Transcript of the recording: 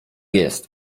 jest